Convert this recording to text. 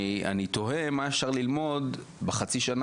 אני תוהה מה אפשר ללמוד בחצי השנה